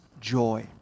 joy